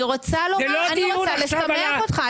אני רוצה לשמח אותך.